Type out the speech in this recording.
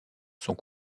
sont